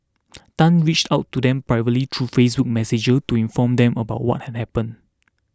Tan reached out to them privately through Facebook Messenger to inform them about what had happened